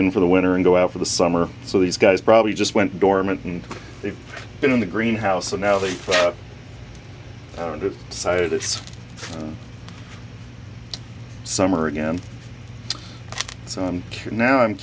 in for the winter and go out for the summer so these guys probably just went dormant and they've been in the greenhouse so now they are a good side of this summer again so now i'm